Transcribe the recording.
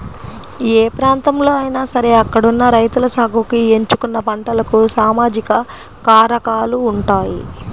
ఏ ప్రాంతంలో అయినా సరే అక్కడున్న రైతులు సాగుకి ఎంచుకున్న పంటలకు సామాజిక కారకాలు ఉంటాయి